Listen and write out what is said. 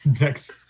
next